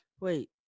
Wait